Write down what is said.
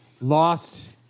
Lost